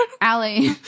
Allie